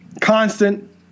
constant